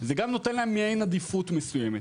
זה גם נותן להם מעין עדיפות מסוימת.